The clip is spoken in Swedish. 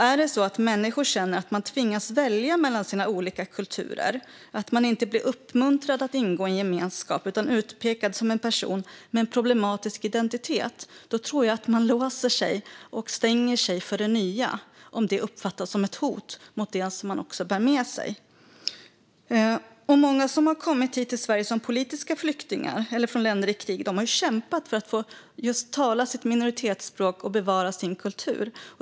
Är det så att människor känner att de tvingas välja mellan sina olika kulturer, att de inte blir uppmuntrade att ingå i en gemenskap utan blir utpekade som personer med en problematisk identitet, tror jag att de låser sig och stänger sig för det nya om det uppfattas som ett hot mot det som de bär med sig. Många som har kommit hit till Sverige som politiska flyktingar eller från länder i krig har kämpat för att just få tala sitt minoritetsspråk och bevara sin kultur.